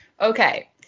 Okay